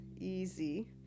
easy